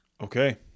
Okay